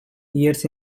years